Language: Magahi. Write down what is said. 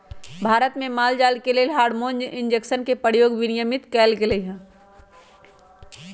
भारत में माल जाल के लेल हार्मोन इंजेक्शन के प्रयोग विनियमित कएल गेलई ह